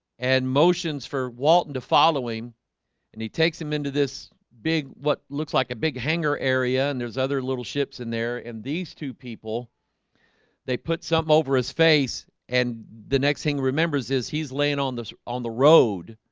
and motions for walton to following and he takes him into this big what looks like a big hangar area and there's other little ships in there and these two people they put something over his face. and the next thing remembers is he's laying on this on the road